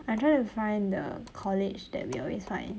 I try to find the college that we always find